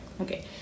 Okay